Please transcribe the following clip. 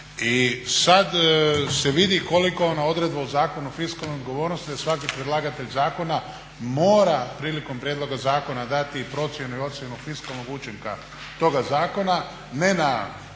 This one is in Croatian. I sada se vidi koliko ona odredba u Zakonu o fiskalnoj odgovornosti da svaki predlagatelj zakona mora prilikom prijedloga zakona dati i procjenu i ocjenu fiskalnog učinka toga zakona ne na